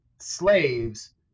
slaves